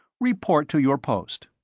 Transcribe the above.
report to your post.